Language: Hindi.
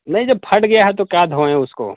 नहीं जब फट गया है तो क्या धोएं उसको